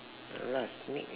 ya lah